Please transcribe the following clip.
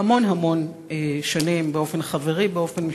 המון המון שנים באופן חברי, באופן משפחתי,